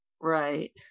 right